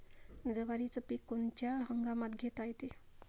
जवारीचं पीक कोनच्या हंगामात घेता येते?